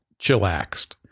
chillaxed